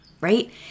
right